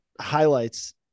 highlights